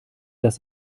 das